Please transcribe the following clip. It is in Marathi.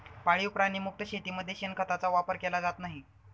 पाळीव प्राणी मुक्त शेतीमध्ये शेणखताचा वापर केला जात नाही